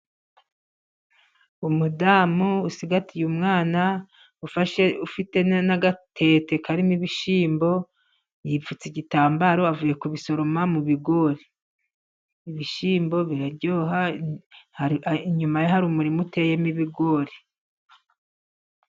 Umudamu usigatiye umwana, ufite n'agatete karimo ibishyimbo yipfutse igitambaro, avuye kubisoroma mu bigori. Ibishyimbo biraryoha, inyuma hari umurima uteyemo ibigori.